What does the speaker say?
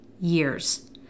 years